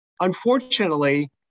Unfortunately